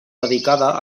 dedicada